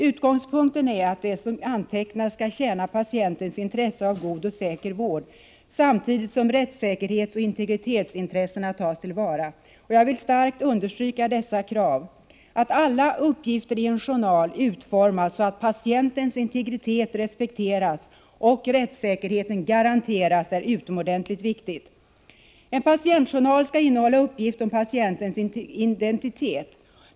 Utgångspunkten är att det som antecknas skall tjäna patientens intresse av god och säker vård, samtidigt som rättsäkerhetsoch integritetsintressena tas till vara. Jag vill starkt understryka dessa krav. Att alla uppgifter i en journal utformas så, att patientens integritet respekteras och rättsäkerheten garanteras är utomordentligt viktigt. En patientjournal skall innehålla uppgift om patientens identitet.